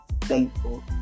thankful